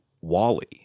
Wally